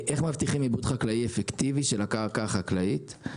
איך מבטיחים עיבוד חקלאי אפקטיבי של הקרקע החקלאית?